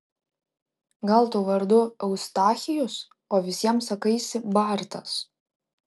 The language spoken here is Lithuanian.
gal tu vardu eustachijus o visiems sakaisi bartas